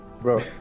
Bro